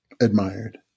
admired